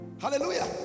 hallelujah